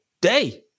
day